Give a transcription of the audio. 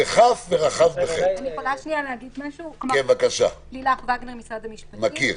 אני ממשרד המשפטים.